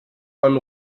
von